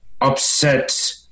upset